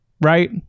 right